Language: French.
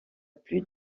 plus